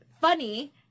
Funny